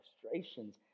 frustrations